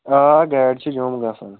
آ گاڑِ چھِ جوٚم گَژھان